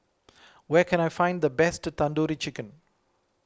where can I find the best Tandoori Chicken